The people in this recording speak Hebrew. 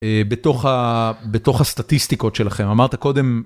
בתוך הסטטיסטיקות שלכם, אמרת קודם